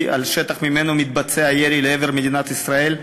לשטח שממנו מתבצע ירי לעבר מדינת ישראל,